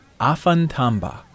Afantamba